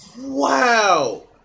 wow